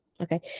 okay